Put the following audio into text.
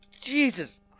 Jesus –